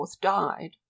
died